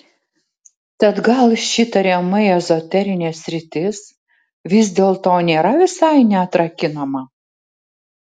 tad gal ši tariamai ezoterinė sritis vis dėlto nėra visai neatrakinama